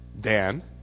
Dan